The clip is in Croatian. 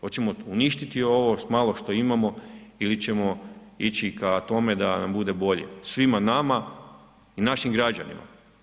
Hoćemo li uništiti ovo malo što imamo ili ćemo ići k tome da nam bude bolje svima nama i našim građanima?